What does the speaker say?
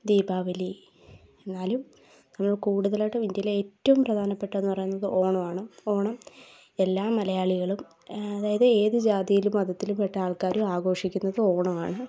ദീപാവലി എന്നാലും നമ്മൾ കൂടുതലായിട്ടും ഇന്ത്യയിലെ ഏറ്റവും പ്രധാനപ്പെട്ടത് എന്നു പറയുന്നത് ഓണമാണ് ഓണം എല്ലാ മലയാളികളും അതായത് ഏത് ജാതിയിലും മതത്തിലും പെട്ട ആൾക്കാരും ആഘോഷിക്കുന്നത് ഓണമാണ്